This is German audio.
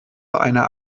einer